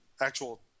actual